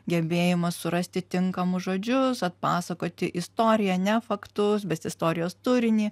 gebėjimas surasti tinkamus žodžius atpasakoti istoriją ne faktus bet istorijos turinį